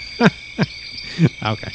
Okay